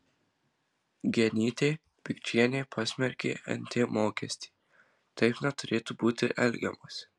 genytė pikčienė pasmerkė nt mokestį taip neturėtų būti elgiamasi